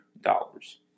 dollars